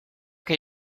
que